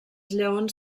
lleons